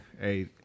Hey